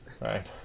Right